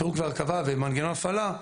פירוק והרכבה ומנגנון הפעלה.